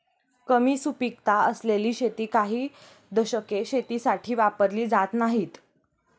कमी सुपीकता असलेली शेती काही दशके शेतीसाठी वापरली जात नाहीत